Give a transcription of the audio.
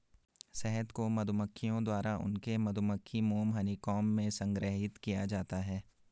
शहद को मधुमक्खियों द्वारा उनके मधुमक्खी मोम हनीकॉम्ब में संग्रहीत किया जाता है